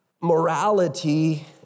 morality